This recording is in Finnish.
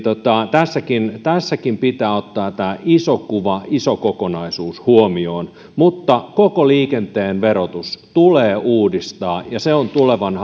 tässäkin tässäkin pitää ottaa tämä iso kuva iso kokonaisuus huomioon mutta koko liikenteen verotus tulee uudistaa ja se on tulevan